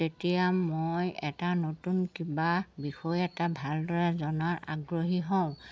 তেতিয়া মই এটা নতুন কিবা বিষয়ে এটা ভালদৰে জনাৰ আগ্ৰহী হওঁ